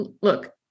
look